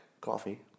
coffee